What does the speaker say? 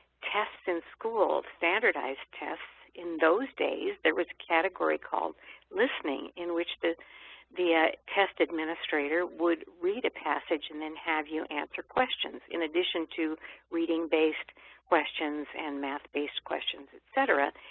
tests in school, standardized tests in those days, there was a category called listening in which the the ah test administrator would read a passage and then have you answer questions, in addition to reading-based questions and math-based questions, et cetera.